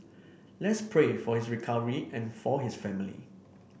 let's pray for his recovery and for his family